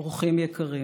אורחים יקרים,